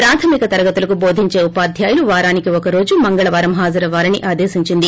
ప్రాథమిక తరగతులకు బోధించే ఉపాధ్యాయులు వారానికి ఒకరోజు మంగళవారం హాజరవ్వాలని ఆదేశించింది